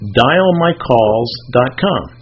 dialmycalls.com